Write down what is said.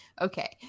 Okay